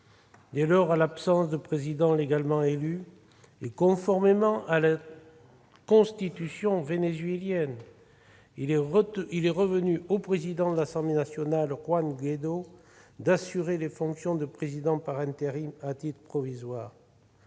Dès lors, en l'absence de président légalement élu et conformément à la Constitution vénézuélienne, il est revenu au président de l'Assemblée nationale, Juan Guaidó, d'assurer les fonctions de président par intérim à titre provisoire,